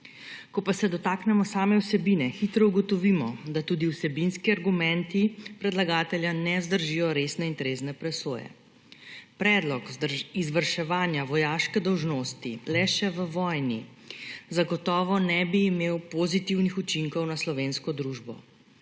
Ko pa se dotaknemo same vsebine, hitro ugotovimo, da tudi vsebinski argumenti predlagatelja ne zdržijo resne in trezne presoje. Predlog izvrševanja vojaške dolžnosti le še v vojni zagotovo ne bi imel pozitivnih učinkov na slovensko družbo.